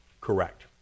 correct